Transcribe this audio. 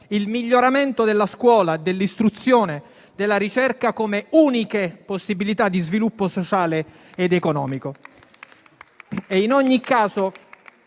il miglioramento della scuola, dell'istruzione, della ricerca come uniche possibilità di sviluppo sociale ed economico.